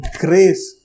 grace